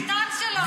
זה הסולטן שלו.